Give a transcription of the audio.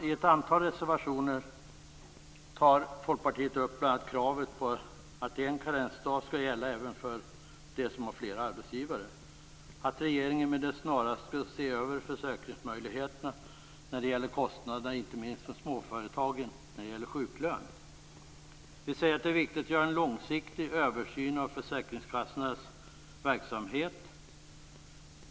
I ett antal reservationer tar Folkpartiet bl.a. upp kravet på att en karensdag skall gälla även dem som har flera arbetsgivare. Regeringen bör snarast se över försäkringsmöjligheterna när det gäller kostnader för sjuklön. Inte minst gäller detta småföretagen. Vi i Folkpartiet säger att det är viktigt att göra en långsiktigt översyn av försäkringskassornas verksamhet.